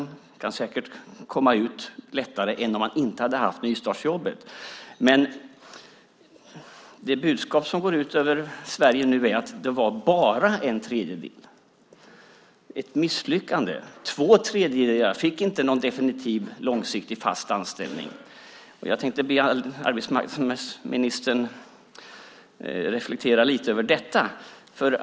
Det har säkert blivit lättare för dem att få arbete än om de inte hade haft ett nystartsjobb. Det budskap som nu går ut över Sverige är att det var bara en tredjedel - ett misslyckande. Två tredjedelar fick inte någon definitiv, långsiktig och fast anställning. Jag tänkte be arbetsmarknadsministern reflektera lite grann över detta.